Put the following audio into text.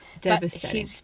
devastating